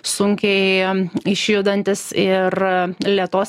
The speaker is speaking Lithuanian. sunkiai išjudantis ir lėtos